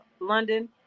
London